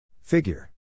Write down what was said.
Figure